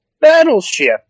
battleship